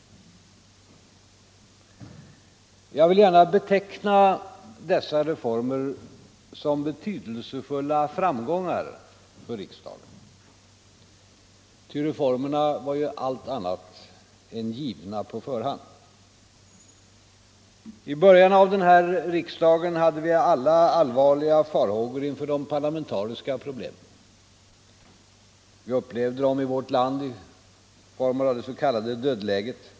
Jag vill gärna beteckna dessa reformer som betydelsefulla framgångar för riksdagen, ty reformerna var allt annat än givna på förhand. I början av denna riksdag hade vi alla allvarliga farhågor inför de parlamentariska problemen. Vi upplevde dem i vårt land i form av det s.k. dödläget.